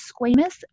squamous